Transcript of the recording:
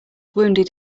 wounded